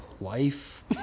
life